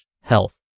health